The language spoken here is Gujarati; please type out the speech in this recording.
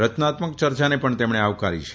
રચનાત્મક ચર્ચાને પણ તેમણે આવકારી છે